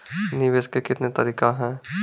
निवेश के कितने तरीका हैं?